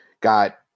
got